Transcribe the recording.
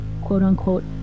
quote-unquote